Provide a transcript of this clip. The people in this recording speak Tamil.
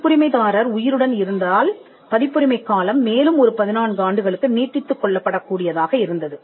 பதிப்புரிமைதாரர் உயிருடன் இருந்தால் பதிப்புரிமை காலம் மேலும் ஒரு பதினான்கு ஆண்டுகளுக்கு நீட்டித்துக் கொள்ளப்படக் கூடியதாக இருந்தது